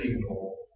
people